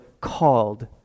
called